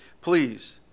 Please